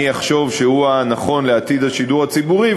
אחשוב שהוא הנכון לעתיד השידור הציבורי,